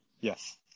Yes